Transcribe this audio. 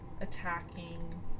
attacking